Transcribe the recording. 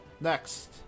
Next